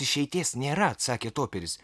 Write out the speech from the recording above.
išeities nėra atsakė toperis